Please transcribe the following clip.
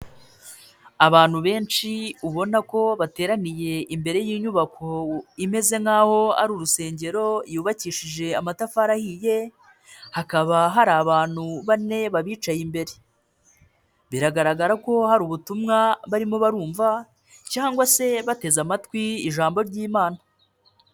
Abantu benshi ubona ko bateraniye imbere y'inyubako imeze nkaho ari urusengero yubakishije amatafari ahiye hakaba hari abantu bane babicaye imbere, biragaragara ko hari ubutumwa barimo barumva cyangwa se bateze amatwi ijambo ry'imana.